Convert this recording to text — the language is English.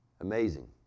amazing